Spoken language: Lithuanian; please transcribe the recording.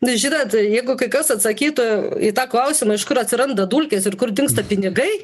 nu žinot jeigu kai kas atsakytų į tą klausimą iš kur atsiranda dulkės ir kur dingsta pinigai